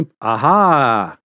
aha